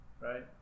right